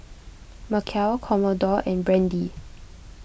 Macel Commodore and Brandy